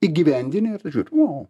įgyvendini ir tada žiūri o